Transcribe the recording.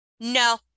No